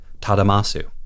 Tadamasu